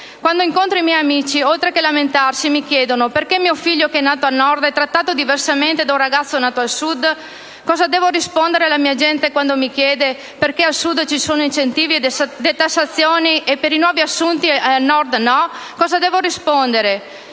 Quando incontro i miei amici, oltre che lamentarsi, mi chiedono: «Perché mio figlio che è nato al Nord è trattato diversamente da un ragazzo nato al Sud?». Cosa devo rispondere alla mia gente quando mi chiede: «Perché al Sud ci sono incentivi e detassazioni per i nuovi assunti e al Nord no?». Cosa devo rispondere?